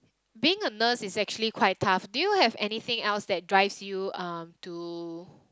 being a nurse is actually quite tough do you have anything else that drives you um to